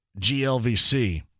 GLVC